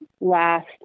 last